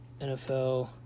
NFL